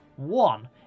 One